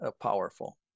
powerful